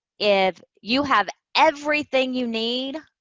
if you have everything you need,